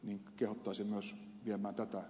en kelpaisi myös ja matolta